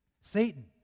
Satan